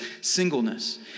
singleness